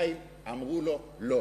והפלסטינים אמרו: לא.